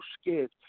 scared